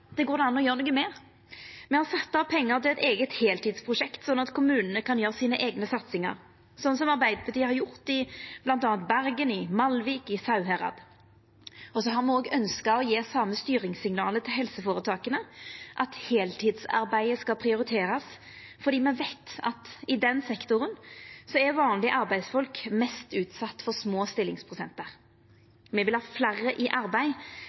går det an å gjera noko med. Me har sett av pengar til eit eige heiltidsprosjekt, slik at kommunane kan gjera sine eigne satsingar, slik Arbeidarpartiet har gjort bl.a. i Bergen, i Malvik og i Sauherad. Så har me òg ynskt å gje det same styringssignalet til helseføretaka: at heiltidsarbeid skal prioriterast fordi me veit at i den sektoren er vanlege arbeidsfolk mest utsette for små stillingsprosentar. Me vil ha fleire i arbeid,